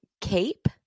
cape